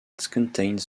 contains